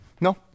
No